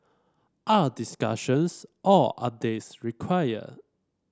are discussions or updates required